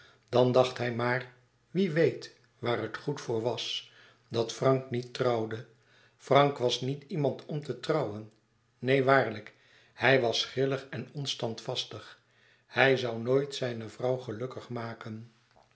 dan dacht hij maar wie weet waar het goed voor was dat frank niet trouwde frank was niet iemand om te trouwen neen waarlijk hij wàs grillig en onstandvastig hij zoû nooit zijne vrouw gelukkig maken